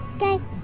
Okay